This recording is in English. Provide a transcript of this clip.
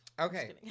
okay